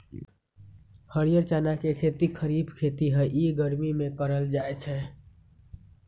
हरीयर चना के खेती खरिफ खेती हइ इ गर्मि में करल जाय छै